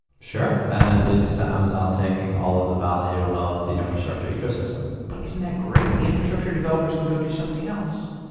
sure, and it leads to amazon taking all of the value of the infrastructure ecosystem but isn't that great? the infrastructure developers can go do something else.